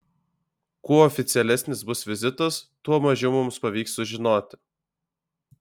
kuo oficialesnis bus vizitas tuo mažiau mums pavyks sužinoti